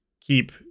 keep